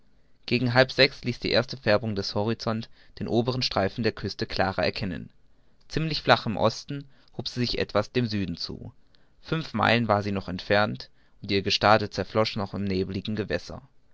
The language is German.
gegen halb sechs uhr ließ die erste färbung des horizonts den oberen streifen der küste klarer erkennen ziemlich flach im osten hob sie sich etwas nach dem süden zu fünf meilen war sie noch entfernt und ihr gestade zerfloß noch im nebeligen gewässer